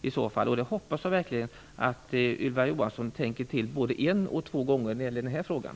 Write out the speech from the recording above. Jag hoppas verkligen att Ylva Johansson tänker till både en och två gånger när det gäller den här frågan.